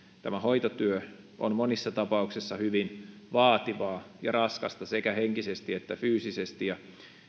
tämä hoitotyö on monissa tapauksissa hyvin vaativaa ja raskasta sekä henkisesti että fyysisesti ja